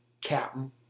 captain